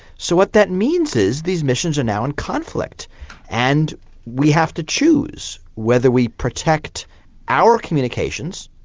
so what that means is these missions are now in conflict and we have to choose whether we protect our communications,